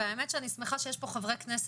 והאמת שאני שמחה שיש פה חברי כנסת,